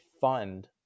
fund